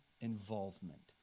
involvement